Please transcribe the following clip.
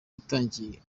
witangiye